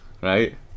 Right